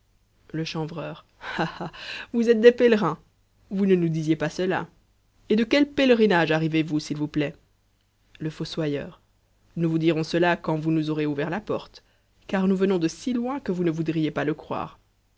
le chanvreur ah ah vous êtes des pèlerins vous ne nous disiez pas cela et de quel pèlerinage arrivez vous s'il vous plaît le fossoyeur nous vous dirons cela quand vous nous aurez ouvert la porte car nous venons de si loin que vous ne voudriez pas le croire